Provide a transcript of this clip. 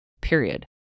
Period